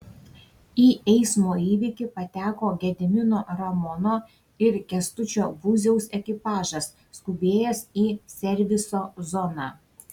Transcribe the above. į eismo įvykį pateko gedimino ramono ir kęstučio būziaus ekipažas skubėjęs į serviso zoną